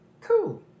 Cool